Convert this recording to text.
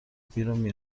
بیرون